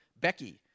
Becky